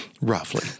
roughly